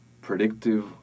predictive